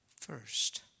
first